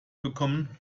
bekommen